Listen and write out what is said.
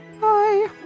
Bye